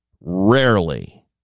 rarely